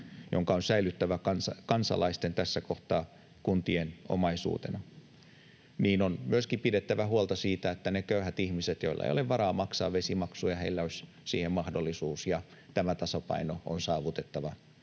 jonka on säilyttävä kansalaisten, tässä kohtaa kuntien, omaisuutena. On myöskin pidettävä huolta siitä, että niillä köyhillä ihmisillä, joilla ei ole varaa maksaa vesimaksua, olisi siihen mahdollisuus, ja tämä tasapaino on saavutettava